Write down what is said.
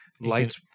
Light